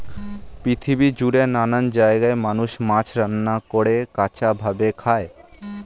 পৃথিবী জুড়ে নানান জায়গায় মানুষ মাছ রান্না করে, কাঁচা ভাবে খায়